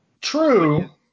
True